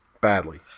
Badly